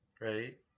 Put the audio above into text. right